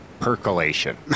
percolation